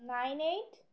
nine eight